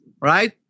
right